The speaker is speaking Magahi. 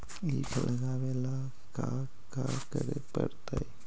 ईख लगावे ला का का करे पड़तैई?